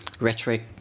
rhetoric